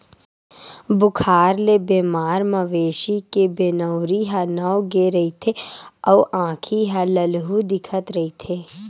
बुखार ले बेमार मवेशी के बिनउरी ह नव गे रहिथे अउ आँखी ह ललहूँ दिखत रहिथे